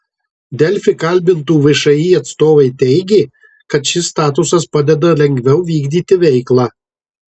delfi kalbintų všį atstovai teigė kad šis statusas padeda lengviau vykdyti veiklą